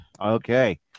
Okay